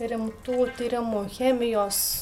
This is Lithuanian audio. rimtų tyrimų chemijos